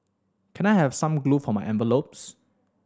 can I have some glue for my envelopes